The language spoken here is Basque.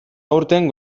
aurten